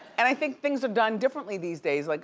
and i think things are done differently these days. like